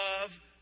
love